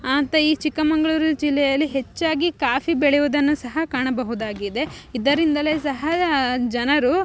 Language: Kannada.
ಅಂತ ಈ ಚಿಕ್ಕಮಗ್ಳೂರು ಜಿಲ್ಲೆಯಲ್ಲಿ ಹೆಚ್ಚಾಗಿ ಕಾಫಿ ಬೆಳೆಯುವುದನ್ನು ಸಹ ಕಾಣಬಹುದಾಗಿದೆ ಇದರಿಂದಲೇ ಸಹ ಜನರು